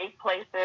places